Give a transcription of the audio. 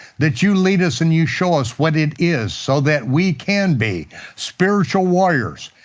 that you lead us and you show us what it is, so that we can be spiritual warriors,